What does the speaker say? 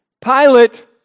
Pilate